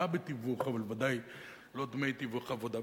בתיווך אבל ודאי לא דמי תיווך עבודה.